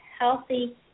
healthy